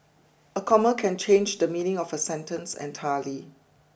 a comma can change the meaning of a sentence entirely